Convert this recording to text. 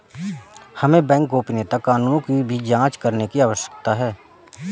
हमें बैंक गोपनीयता कानूनों की भी जांच करने की आवश्यकता है